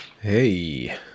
Hey